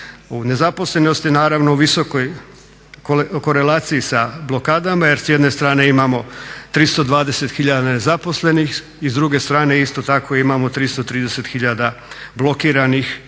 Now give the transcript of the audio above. nezaposlenost naravno u visokoj korelaciji sa blokadama jer s jedne strane imamo 320 tisuća nezaposlenih, i s druge strane isto tako imamo 330 tisuća blokiranih,